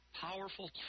Powerful